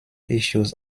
issues